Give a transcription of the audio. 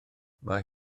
mae